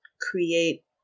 create